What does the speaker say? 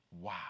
Wow